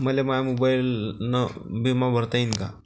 मले माया मोबाईलनं बिमा भरता येईन का?